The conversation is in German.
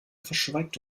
verschweigt